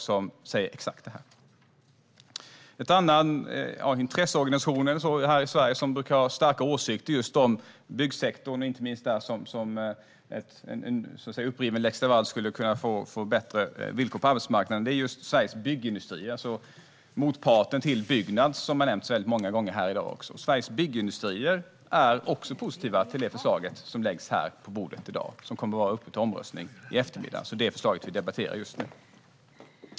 En svensk intresseorganisation som brukar ha starka åsikter om byggsektorn, inte minst när det gäller att en uppriven lex Laval skulle kunna leda till bättre villkor på arbetsmarknaden, är Sveriges Byggindustrier, alltså motparten till Byggnads som har nämnts många gånger här i dag. På Sveriges Byggindustrier är man också positiv till det förslag som ligger på bordet här i dag och som kommer upp till omröstning i eftermiddag, alltså det förslag som vi debatterar just nu.